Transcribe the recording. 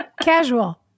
Casual